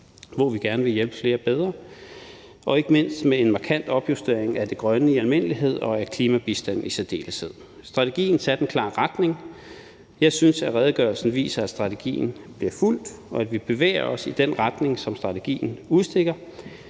hvor vi gerne vil hjælpe flere bedre, og ikke mindst med en markant opjustering af det grønne i almindelighed og af klimabistanden i særdeleshed. Strategien satte en klar retning. Jeg synes, at redegørelsen viser, at strategien bliver fulgt, og at vi bevæger os i den retning, som strategien udstikker,